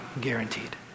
guaranteed